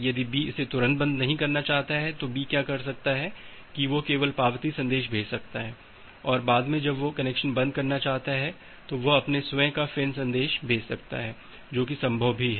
यदि B इसे तुरंत बंद नहीं करना चाहता है तो B क्या कर सकता है कि वह केवल पावती संदेश भेज सकता है और बाद में जब वह कनेक्शन बंद करना चाहता है तो वह अपना स्वयं का फ़िन् संदेश भेज सकता है जो कि संभव भी है